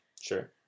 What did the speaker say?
sure